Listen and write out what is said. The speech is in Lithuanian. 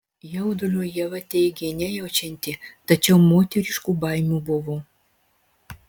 jaudulio ieva teigė nejaučianti tačiau moteriškų baimių buvo